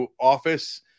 office